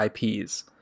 IPs